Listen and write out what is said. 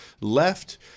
Left